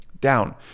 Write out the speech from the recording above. down